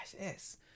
yes